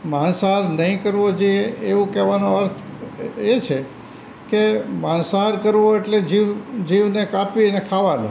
માંસાહાર નહીં કરવો જોઇએ એવો કહેવાનો અર્થ એ છે કે માંસાહાર કરવો એટલે જીવને કાપીને ખાવાનું